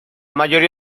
mayoría